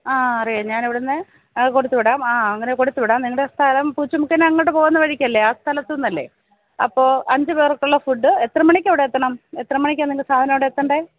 ആ അറിയാം ഞാനിവിടുന്ന് കൊടുത്തു വിടാം ആ അങ്ങനെ കൊടുത്തുവിടാം നിങ്ങളുടെ സ്ഥലം പൂച്ചുമുക്കിന് അങ്ങോട്ടു പോകുന്ന വഴിക്കല്ലേ ആ സ്ഥലത്തുനിന്നല്ലേ അപ്പോള് അഞ്ച് പേർക്കുള്ള ഫുഡ് എത്ര മണിക്കവിടെ എത്തണം എത്ര മണിക്കാണു നിങ്ങള്ക്കു സാധനം അവിടെ എത്തേണ്ടത്